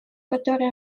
которая